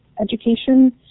Education